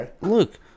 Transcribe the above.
look